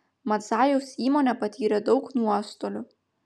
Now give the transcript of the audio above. madzajaus įmonė patyrė daug nuostolių